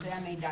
זה המידע